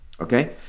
Okay